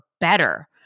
better